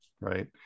Right